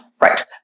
right